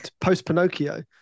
post-Pinocchio